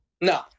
No